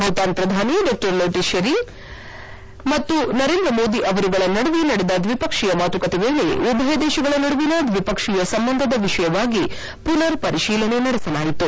ಭೂತಾನ್ ಪ್ರಧಾನಿ ಡಾ ಲೊಟೆ ಶೆರಿಂಗ್ ಮತ್ತು ನರೇಂದ್ರ ಮೋದಿ ಅವರುಗಳ ನಡುವೆ ನಡೆದ ದ್ವಿಪಕ್ಷೀಯ ಮಾತುಕತೆ ವೇಳೆ ಉಭಯ ದೇಶಗಳ ನಡುವಿನ ದ್ವಿಪಕ್ಷೀಯ ಸಂಬಂಧದ ವಿಷಯವಾಗಿ ಮನರ್ಪರಿತೀಲನೆ ನಡೆಸಲಾಯಿತು